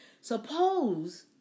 Suppose